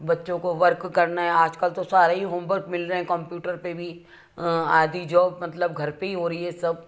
बच्चों को वर्क करना है आजकल तो सारे ही होमवर्क मिल रहे हैं कंप्यूटर पर भी आधी जॉब मतलब घर पर ही हो रही है सब